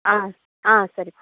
ஆ ஆ சரி பா